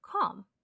calm